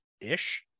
ish